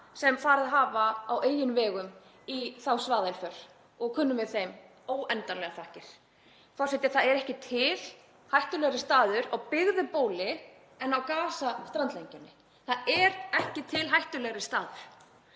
sem farið hafa á eigin vegum í þá svaðilför og kunnum við þeim óendanlegar þakkir fyrir. Forseti. Það er ekki til hættulegri staður á byggðu bóli en á Gaza-strandlengjunni. Það er ekki til hættulegri staður.